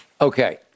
Okay